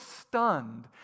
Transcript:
stunned